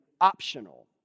optional